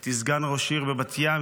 הייתי סגן ראש עיר בבת ים,